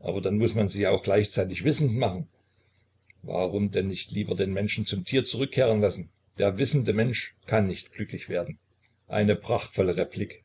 aber dann muß man sie ja auch gleichzeitig wissend machen warum dann nicht lieber den menschen zum tier zurückkehren lassen der wissende mensch kann nicht glücklich werden eine prachtvolle replik